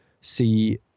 see